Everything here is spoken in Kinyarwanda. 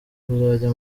kuzajya